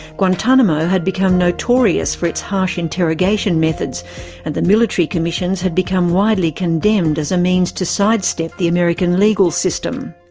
guantanamo had become notorious for its harsh interrogation methods and the military commissions had become widely condemned as a means to sidestep the american legal system.